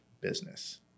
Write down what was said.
business